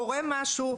קורה משהו,